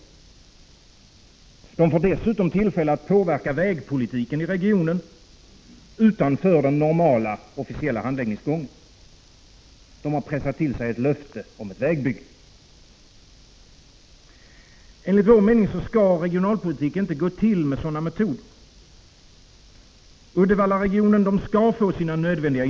Företaget får dessutom tillfälle att påverka vägpolitiken i regionen, utanför den normala officiella handläggningsgången, genom att pressa till sig ett löfte om ett vägbygge. Enligt vår mening skall regionalpolitik inte genomföras med sådana metoder. Uddevallaregionen skall få de insatser som är nödvändiga.